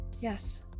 Yes